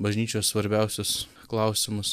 bažnyčios svarbiausius klausimus